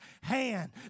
hand